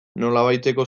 nolabaiteko